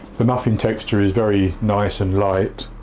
the muffin texture is very nice and light.